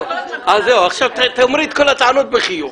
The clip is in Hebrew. תאמרי את כל הטענות בחיוך.